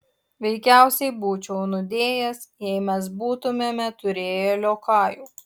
veikiausiai būčiau nudėjęs jei mes būtumėme turėję liokajų